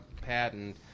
patent